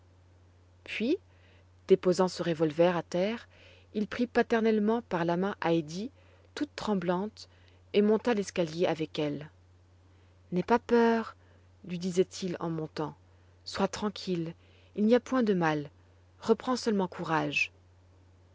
puis déposant son revolver à terre il prit paternellement par la main heidi toute tremblante et monta l'escalier avec elle n'aie pas peur lui disait-il en montant sois tranquille il n'y a point de mal reprends seulement courage